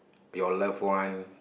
your love one